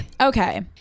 Okay